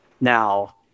now